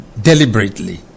deliberately